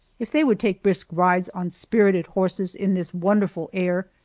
if they would take brisk rides on spirited horses in this wonderful air,